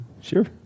sure